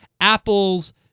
Apple's